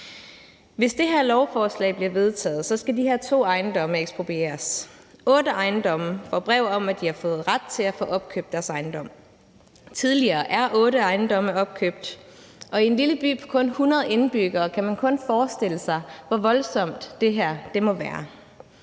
Hvis det her lovforslag bliver vedtaget, skal de her to ejendomme eksproprieres. Otte ejendomme får brev om, at man har fået ret til at få opkøbt deres ejendom. Tidligere er otte ejendomme opkøbt, og i en lille by med kun 100 indbyggere kan man kun forestille sig, hvor voldsomt det her må være.